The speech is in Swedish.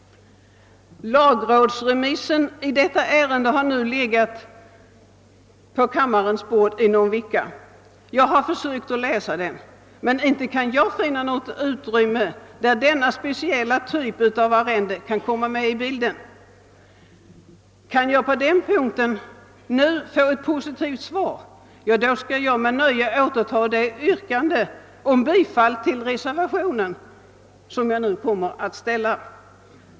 Lagrådsremissen i detta ärende har nu legat på kammarens bord i någon vecka. Jag har läst den men jag har inte kunnat finna något ställe där denna speciella typ av arrende kan komma in i bilden. Om jag på denna punkt nu kan få ett positivt besked, skall jag med nöje återta det yrkande om bifall till reservationen I, som jag nu avser att ställa.